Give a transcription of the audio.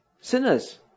sinners